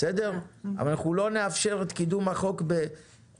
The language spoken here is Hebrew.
אבל אנחנו לא נאפשר את קידום הצעת החוק ולהניח